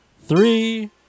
three